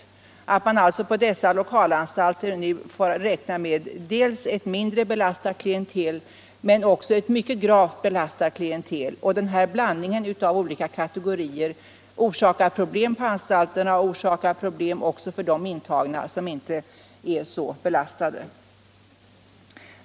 Man får alltså på dessa lokalanstalter nu räkna med dels ett mindre belastat klientel, dels ett mycket gravt belastat klientel. Detta orsakar problem på anstalterna, också för de intagna som inte är så belastade.